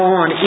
on